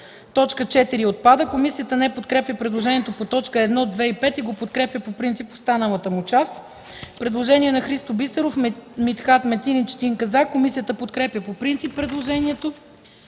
Точка 4 отпада. Комисията не подкрепя предложението по точки 1, 2 и 5 и го подкрепя по принцип в останалата му част. Предложение на Христо Бисеров, Митхат Метин и Четин Казак. Комисията подкрепя по принцип предложението.